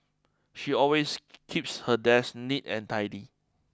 she always keeps her desk neat and tidy